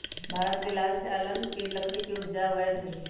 भारत में लाल चानन के लकड़ी के उपजा अवैध हइ